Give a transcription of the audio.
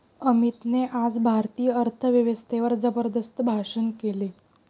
अमितने आज भारतीय अर्थव्यवस्थेवर जबरदस्त भाषण केले